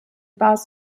bars